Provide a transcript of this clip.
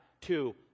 two